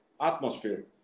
atmosphere